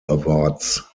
awards